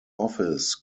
office